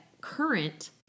current